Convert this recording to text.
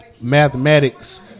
Mathematics